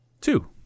two